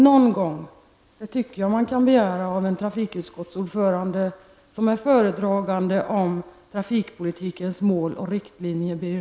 Det tycker jag faktiskt, Birger Rosqvist, att man kan begära av trafikutskottets ordförande, som är föredragande i de frågor som rör trafikpolitikens mål och riktlinjer.